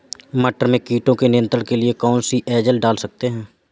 मटर में कीटों के नियंत्रण के लिए कौन सी एजल डाल सकते हैं?